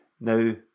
Now